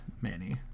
Manny